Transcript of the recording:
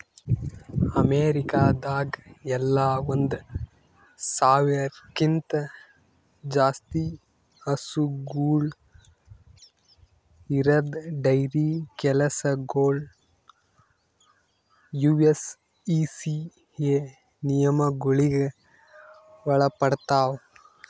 ಅಮೇರಿಕಾದಾಗ್ ಎಲ್ಲ ಒಂದ್ ಸಾವಿರ್ಕ್ಕಿಂತ ಜಾಸ್ತಿ ಹಸುಗೂಳ್ ಇರದ್ ಡೈರಿ ಕೆಲಸಗೊಳ್ ಯು.ಎಸ್.ಇ.ಪಿ.ಎ ನಿಯಮಗೊಳಿಗ್ ಒಳಪಡ್ತಾವ್